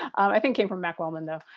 i think came from mac wellman though,